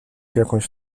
jakąś